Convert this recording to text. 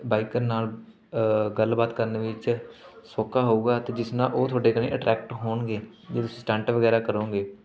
biker ਨਾਲ ਗੱਲਬਾਤ ਕਰਨ ਵਿੱਚ ਸੌਖਾ ਹੋਵੇਗਾ ਅਤੇ ਜਿਸ ਨਾਲ ਉਹ ਤੁਹਾਡੇ ਕਣੀ ਅਟਰੈਕਟ ਹੋਣਗੇ ਵੀ ਤੁਸੀਂ ਸਟੰਟ ਵਗੈਰਾ ਕਰੋਂਗੇ